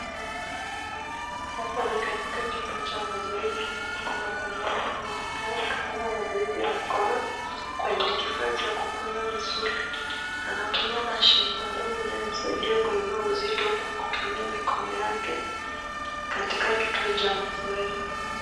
Hapa ni katika chumba cha mazoezi ambapo kuna mwanaume anaonekana akifanya mazoezi ya mkono kwenye kifaa cha kupiga misuli. Anatumia mashine maalum inayomsaidia kuinua uzito kwa kutumia mikono yake kwa kituo cha mazoezi.